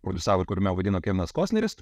prodiusavo ir kuriame vaidino kevenas kostneris